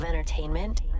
entertainment